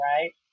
right